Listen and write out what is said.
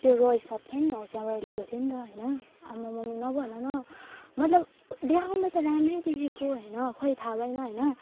त्यो रोय सोप छ नि हो त्यहाँबाट लिएको थिएँ नि त हैन आम्मामामा नभन न मतलब देखाउन त राम्रै देखेको हैन खोइ थाहा भएन हैन